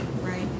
Right